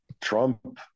Trump